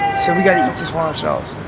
so we gotta eat this one ourselves.